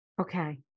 Okay